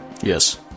Yes